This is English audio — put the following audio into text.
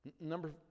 Number